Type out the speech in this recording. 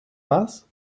was